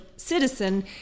citizen